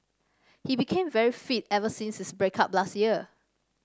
he became very fit ever since his break up last year